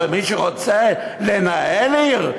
אבל מי שרוצה לנהל עיר,